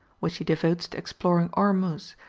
which he devotes to exploring ormuz,